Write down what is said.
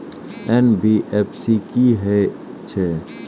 NBFC की हे छे?